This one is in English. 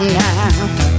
now